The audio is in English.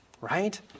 Right